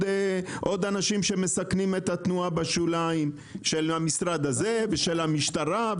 אנשים שמסכנים את התנועה בשוליים של המשרד הזה ושל המשטרה,